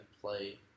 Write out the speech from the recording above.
play